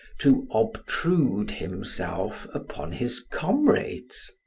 to obtrude himself upon his comrades,